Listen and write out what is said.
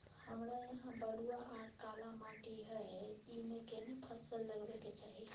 हमरा यहाँ बलूआ आर काला माटी हय ईमे केना फसल लगबै के चाही?